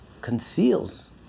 conceals